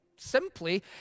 simply